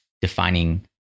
defining